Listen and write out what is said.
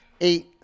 eight